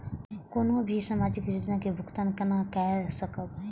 कोनो भी सामाजिक योजना के भुगतान केना कई सकब?